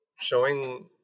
showing